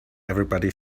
everybody